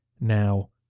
Now